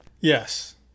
Yes